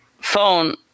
phone